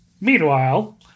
Meanwhile